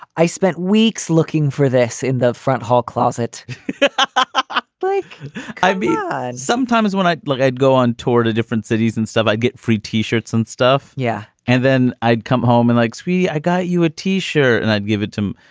i spent weeks looking for this in the front hall closet ah like i been sometimes when i look, i'd go on tour to different cities and stuff. i get free t-shirts and stuff. yeah. and then i'd come home and like, sweetie, i got you a t-shirt and i'd give it to,